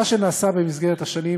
מה שנעשה במסגרת השנים,